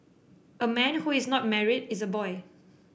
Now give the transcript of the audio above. a man who is not married is a boy